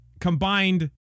combined